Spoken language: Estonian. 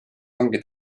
ongi